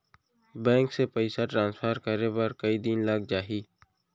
Bank से पइसा transfer करे बर कई दिन लग जाही?